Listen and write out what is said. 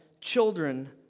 children